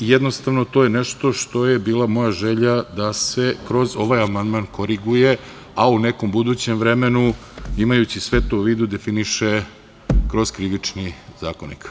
Jednostavno to je nešto što je bila moja želja da se kroz ovaj amandman koriguje, a u nekom budućem vremenu imajući sve to u vidu definiše kroz Krivični zakonik.